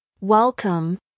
Welcome